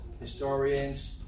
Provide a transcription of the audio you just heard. historians